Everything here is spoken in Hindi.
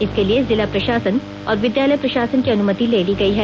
इसके लिए जिला प्रशासन और विद्यालय प्रशासन की अनुमति ले ली गई है